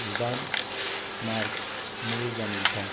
जिदाइन मार्च नै रोजा नैजिथाम